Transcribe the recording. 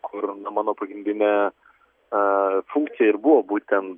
kur na mano pagrindinė funkcija ir buvo būtent